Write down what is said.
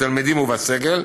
בתלמידים ובסגל.